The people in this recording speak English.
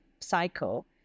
cycle